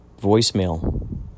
voicemail